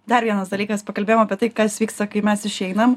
dar vienas dalykas pakalbėjom apie tai kas vyksta kai mes išeinam